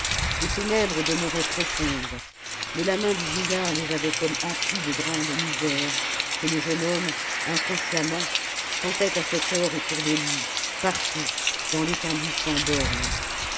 les ténèbres demeuraient profondes mais la main du vieillard les avait comme emplies de grandes misères que le jeune homme inconsciemment sentait à cette heure autour de lui partout dans l'étendue sans bornes